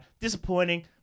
Disappointing